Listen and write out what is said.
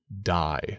die